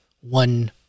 one